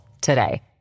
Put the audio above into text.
today